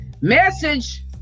message